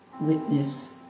witness